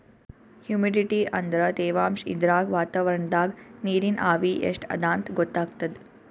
humidity ಅಂದ್ರ ತೆವಾಂಶ್ ಇದ್ರಾಗ್ ವಾತಾವರಣ್ದಾಗ್ ನೀರಿನ್ ಆವಿ ಎಷ್ಟ್ ಅದಾಂತ್ ಗೊತ್ತಾಗ್ತದ್